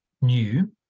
new